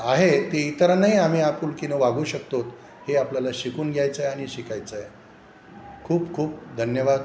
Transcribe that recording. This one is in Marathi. आहे ते इतरांनाही आम्ही आपुलकीनं वागू शकतोत हे आपल्याला शिकून घ्यायचं आहे आणि शिकायचं आहे खूप खूप धन्यवाद